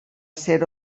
ser